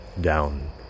down